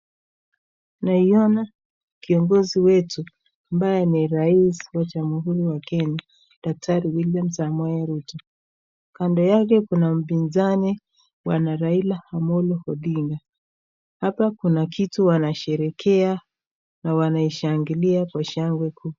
Naiona kiongozi wetu ambaye ni rais wa jamhuri wa Kenya daktari Wiliam Samoei Ruto. Kando yake kuna mpinzani bwana Raila Amollo Odinga. Hapa kuna kitu wanasherehekea na wanaishangilia kwa shangwe kuu.